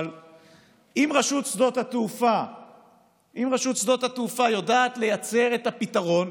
אבל אם רשות שדות התעופה יודעת לייצר את הפתרון,